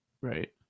Right